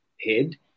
head